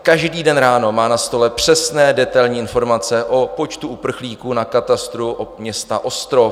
Každý den ráno má na stole přesné detailní informace o počtu uprchlíků na katastru města Ostrov.